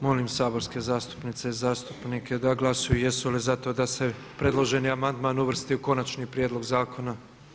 Molim saborske zastupnice i zastupnike da glasuju za to da se predloženi amandman uvrsti u Konačni prijedlog zakona?